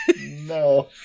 no